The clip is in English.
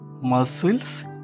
muscles